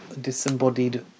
disembodied